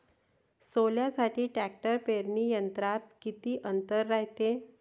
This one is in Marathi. सोल्यासाठी ट्रॅक्टर पेरणी यंत्रात किती अंतर रायते?